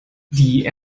die